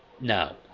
No